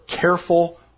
careful